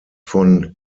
von